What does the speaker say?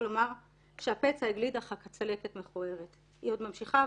לומר שהפצע הגליד אך הצלקת מכוערת." היא עוד ממשיכה,